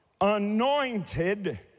anointed